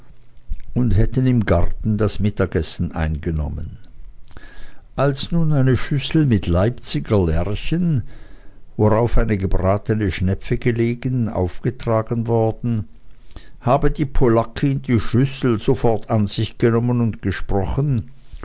und hätten im garten das mittagessen eingenommen als nun eine schüssel mit leipziger lerchen worauf eine gebratene schnepfe gelegen aufgetragen worden habe die polackin die schüssel sofort an sich genommen und gesprochen